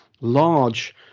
large